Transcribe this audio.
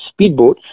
speedboats